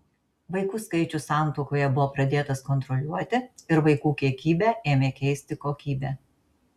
vaikų skaičius santuokoje buvo pradėtas kontroliuoti ir vaikų kiekybę ėmė keisti kokybė